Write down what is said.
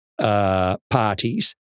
parties